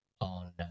on